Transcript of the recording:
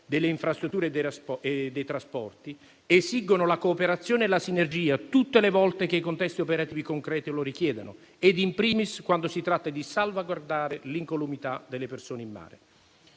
delle infrastrutture e dei trasporti, esigono la cooperazione e la sinergia tutte le volte che i contesti operativi concreti lo richiedono ed *in primis* quando si tratta di salvaguardare l'incolumità delle persone.